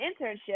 internship